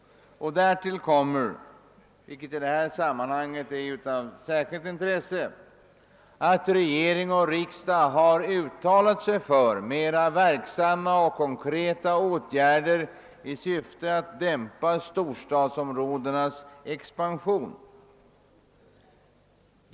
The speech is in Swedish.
Därtill kommer — vilket i det här sammanhanget är av särskilt intresse — att regering och riksdag har uttalat sig för mera verksamma och konkreta åtgärder i syfte att dämpa storstadsområdenas expansion.